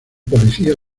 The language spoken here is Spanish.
policía